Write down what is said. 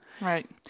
Right